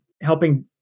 helping